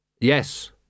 Yes